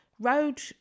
road